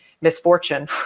misfortune